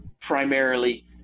primarily